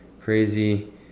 crazy